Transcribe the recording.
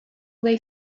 they